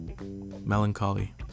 melancholy